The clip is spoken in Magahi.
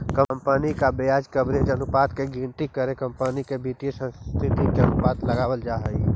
कंपनी के ब्याज कवरेज अनुपात के गिनती करके कंपनी के वित्तीय स्थिति के अनुमान लगावल जा हई